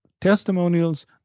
testimonials